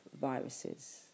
viruses